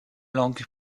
langue